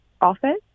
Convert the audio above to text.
office